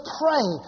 pray